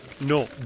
No